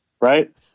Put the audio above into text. right